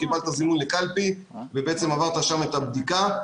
קיבלת זימון לקלפי ועברת שם את הבדיקה.